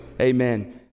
Amen